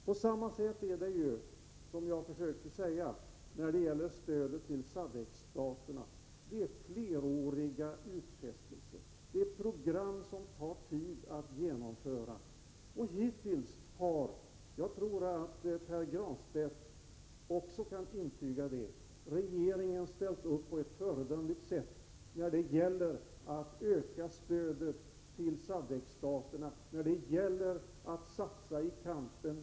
På samma sätt förhåller det sig med stödet till SADCC-staterna; vi gör fleråriga utfästelser. Det är program som det tar tid att genomföra. Hittills har, vilket jag tror att även Pär Granstedt kan intyga, regeringen ställt upp på ett föredömligt sätt när det gäller att öka stödet till SADCC-staterna och satsa på kampen mot apartheidregimen.